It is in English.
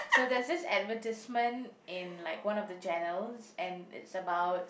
so there's this advertisement in like one of the channels and it's about